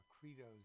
credos